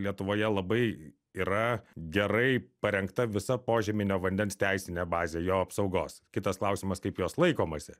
lietuvoje labai yra gerai parengta visa požeminio vandens teisinė bazė jo apsaugos kitas klausimas kaip jos laikomasi